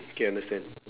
okay understand